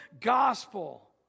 gospel